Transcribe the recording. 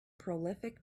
prolific